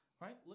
Right